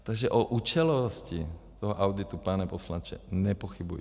Takže o účelovosti toho auditu, pane poslanče, nepochybujte.